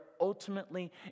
ultimately